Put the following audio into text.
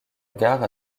gare